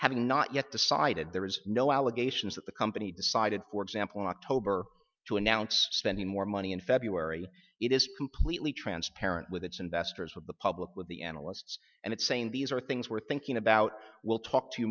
having not yet decided there is no allegations that the company decided for example october to announce spending more money in february it is completely transparent with its investors with the public with the analysts and it saying these are things we're thinking about we'll talk to